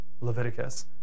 Leviticus